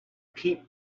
pete